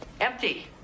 Empty